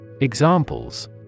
Examples